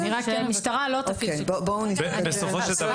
בסופו של דבר,